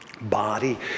body